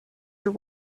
your